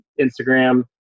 Instagram